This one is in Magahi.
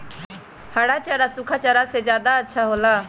हरा चारा सूखा चारा से का ज्यादा अच्छा हो ला?